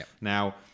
Now